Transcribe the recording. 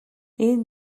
ийм